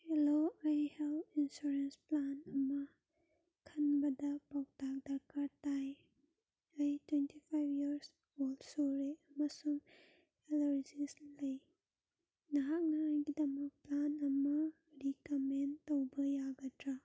hello ꯑꯩ health insurance plan ꯑꯃ ꯈꯟꯕꯗ ꯄꯥꯎꯇꯥꯛ ꯗꯔꯀꯥꯔ ꯇꯥꯏ ꯑꯩ twenty five years old sugar ꯑꯃꯁꯨꯡ ꯑꯦꯂꯔꯖꯤꯁ ꯂꯩ ꯅꯍꯥꯛꯅ ꯑꯩꯒꯤꯗꯃꯛ ꯄ꯭ꯂꯥꯟ ꯑꯃ ꯔꯤꯀꯝꯃꯦꯟ ꯇꯧꯕ ꯌꯒꯗ꯭ꯔꯥ